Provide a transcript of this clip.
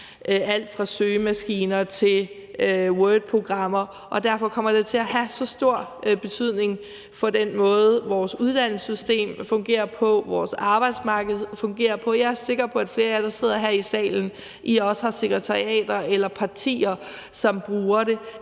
alt fra søgemaskiner til wordprogrammer, og derfor kommer det til at have så stor betydning for den måde, vores uddannelsessystem fungerer på og vores arbejdsmarked fungerer på. Jeg er sikker på, at flere af jer, der sidder her i salen, også har sekretariater eller partier, som bruger det,